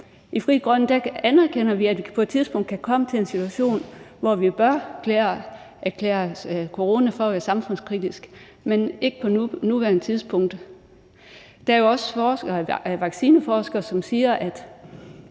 I Frie Grønne anerkender vi, at vi på et tidspunkt kan komme til en situation, hvor vi bør erklære corona for at være samfundskritisk, men ikke på nuværende tidspunkt. Der er jo også vaccineforskere, som siger,